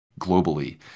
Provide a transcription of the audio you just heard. globally